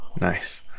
nice